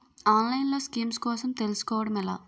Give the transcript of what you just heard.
ఆన్లైన్లో స్కీమ్స్ కోసం తెలుసుకోవడం ఎలా?